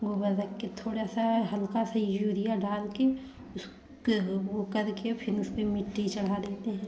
गोबर रख के थोड़ा सा हल्का सा उरिया डाल के उसके वो करके फिर उसपे मिट्टी चढ़ा देते हैं